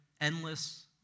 endless